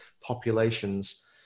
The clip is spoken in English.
populations